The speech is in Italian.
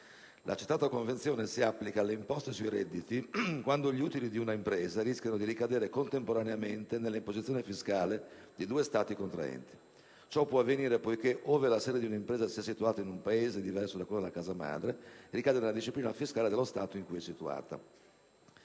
La citata Convenzione si applica alle imposte sui redditi quando gli utili di una impresa rischiano di ricadere contemporaneamente nella imposizione fiscale di due Stati contraenti. Ciò può avvenire poiché, ove la sede di un'impresa sia situata in un Paese diverso da quello della casa madre, ricade nella disciplina fiscale dello Stato in cui è situata.